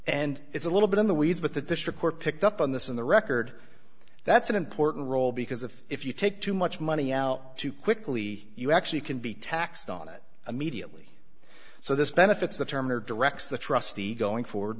and it's a little bit in the weeds but the district court picked up on this in the record that's an important role because if if you take too much money out too quickly you actually can be taxed on it immediately so this benefits the term or directs the trustee going forward